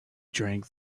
drank